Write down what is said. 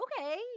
okay